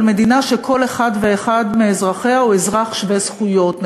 אבל מדינה שכל אחד ואחד מאזרחיה הוא אזרח שווה זכויות.